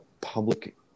public